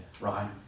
right